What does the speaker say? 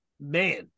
man